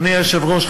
אדוני היושב-ראש,